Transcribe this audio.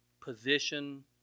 position